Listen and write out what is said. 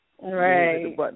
Right